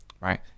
Right